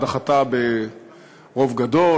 דחתה ברוב גדול,